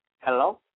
Hello